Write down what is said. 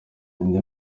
indi